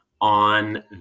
on